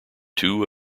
two